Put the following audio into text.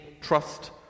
trust